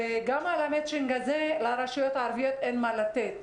וגם על המצ'ינג הזה אין לרשויות הערביות מה לתת.